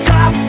Top